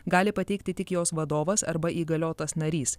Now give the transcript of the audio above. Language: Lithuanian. gali pateikti tik jos vadovas arba įgaliotas narys